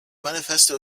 manifesto